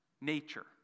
nature